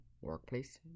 workplace